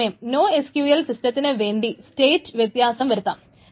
അതേ സമയം നോഎസ്ക്യൂഎൽ സിസ്റ്റത്തിനുവേണ്ടി സ്റ്റേറ്റ് വ്യത്യാസം വരുത്താം